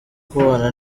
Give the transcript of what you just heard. kubana